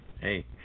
hey